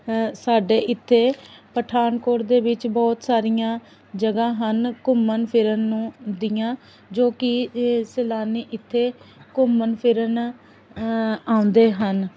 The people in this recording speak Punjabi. ਸਾਡੇ ਇੱਥੇ ਪਠਾਨਕੋਟ ਦੇ ਵਿੱਚ ਬਹੁਤ ਸਾਰੀਆਂ ਜਗ੍ਹਾ ਹਨ ਘੁੰਮਣ ਫਿਰਨ ਨੂੰ ਦੀਆਂ ਜੋ ਕਿ ਸੈਲਾਨੀ ਇੱਥੇ ਘੁੰਮਣ ਫਿਰਨ ਆਉਂਦੇ ਹਨ